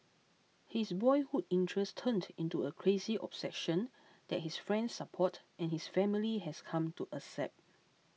his boyhood interest turned into a crazy obsession that his friends support and his family has come to accept